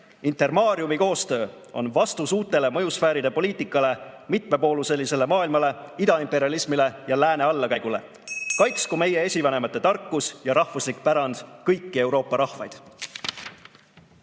Intermariumi koostöö on vastus uute mõjusfääride poliitikale, mitmepooluselisele maailmale, ida imperialismile ja lääne allakäigule. (Juhataja helistab kella.) Kaitsku meie esivanemate tarkus ja rahvuslik pärand kõiki Euroopa rahvaid!